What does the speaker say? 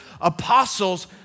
apostles